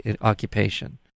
occupation